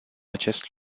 acest